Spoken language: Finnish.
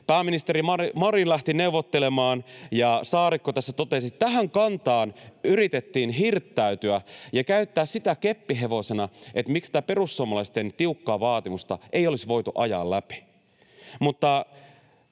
pääministeri Marin lähti neuvottelemaan, ja Saarikko tässä totesi, että tähän kantaan yritettiin hirttäytyä ja käyttää sitä keppihevosena, miksi tätä perussuomalaisten tiukkaa vaatimusta ei olisi voitu ajaa läpi.